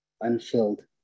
unfilled